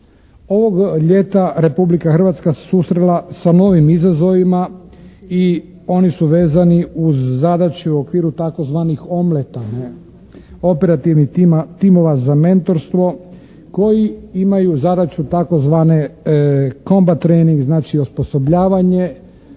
Ovog ljeta, Republike Hrvatska se susrela sa novim izazovima i oni su vezani uz zadaću u okviru tzv. omleta, operativnih timova za mentorstvo koji imaju zadaću tzv. comba trening, znači osposobljavanje,